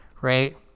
right